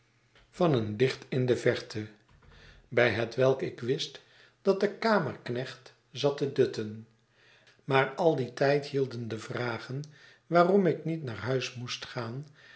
van een licht in de verte bij hetwelk ik wist dat de kamerknecht zat te dutten maar al dien tijd hielden de vragen waarom ik niet naar huis moest gaan